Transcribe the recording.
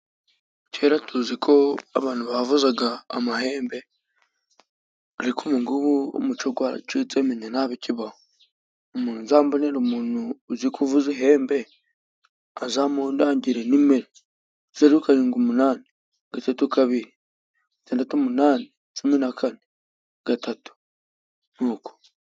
Kera tuzi ko abantu bavuzaga amahembe, arikoku ubungubu umuco gwarajutse ,umenya ntakiba ho. Muzambonere umuntu uzi kuvuza ihembe azamundangire, nimero, zeru, karindwi, umunani, gatatu, kabiri, tandatu, umunani, cumi na kane, gatatu, ni uko.